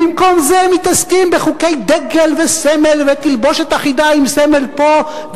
במקום זה הם מתעסקים בחוקי דגל וסמל ותלבושת אחידה עם סמל פה,